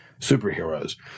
superheroes